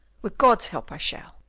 with god's help i shall.